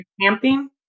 camping